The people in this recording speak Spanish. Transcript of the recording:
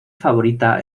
favorita